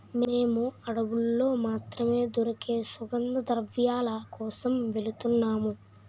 మేము అడవుల్లో మాత్రమే దొరికే సుగంధద్రవ్యాల కోసం వెలుతున్నాము